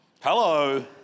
hello